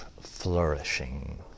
flourishing